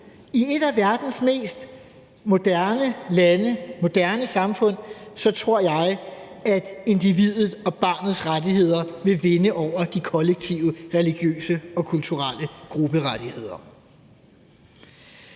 i et af verdens mest moderne lande og moderne samfund – tror jeg, at individet og barnets rettigheder vil vinde over de kollektive religiøse og kulturelle grupperettigheder.